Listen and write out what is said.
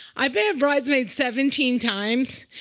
i've been a bridesmaid seventeen times,